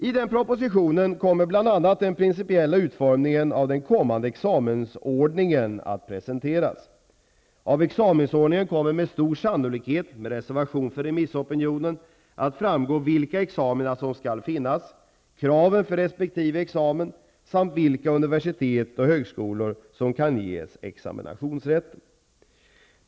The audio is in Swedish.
I propositionen kommer bl.a. den principiella utformningen av den kommande examensordningen att presenteras. Av examensordningen kommer med stor sannolikhet -- med reservation för remissopinionen -- att framgå vilka examina som skall finnas, kraven för resp. examen samt vilka universitet/högskolor som skall ges examinationsrätten.